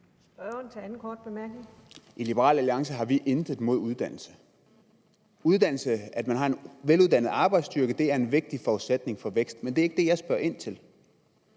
I Liberal Alliance har vi intet imod uddannelse. At man har en veluddannet arbejdsstyrke, er en vigtig forudsætning for vækst. Men det er ikke det, jeg spørger ind til.